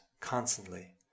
constantly